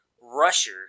rusher